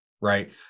right